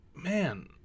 man